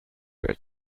were